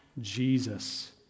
Jesus